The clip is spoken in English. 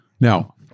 Now